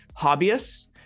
hobbyists